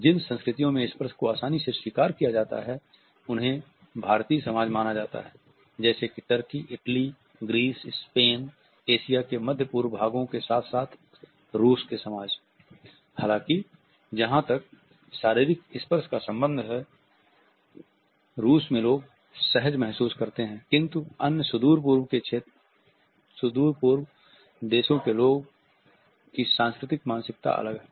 जिन संस्कृतियों में स्पर्श को आसानी से स्वीकार किया जाता है उन्हें भारतीय समाज माना जाता है जैसे कि Turkey Italy Greece Spain Asia के मध्य पूर्व भागों के साथ साथ रूस के हालांकि जहां तक शारीरिक स्पर्श का संबंध है रूस में लोग सहज महसूस करते हैं किंतु अन्य सुदूर पूर्वी देशों के लोगों की सांस्कृतिक मानसिकता अलग है